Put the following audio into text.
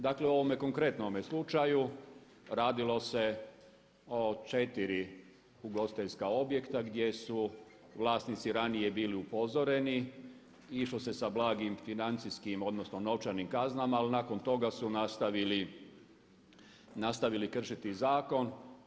Dakle u ovome konkretnome slučaju radilo se o četiri ugostiteljska objekta gdje su vlasnice ranije bili upozoreni i išlo se sa blagim financijskim, odnosno novčanim kaznama ali nakon toga su nastavili kršiti zakon.